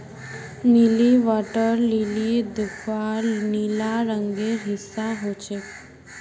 नीली water lily दख्वार नीला रंगेर हिस्सा ह छेक